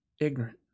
ignorant